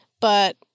but-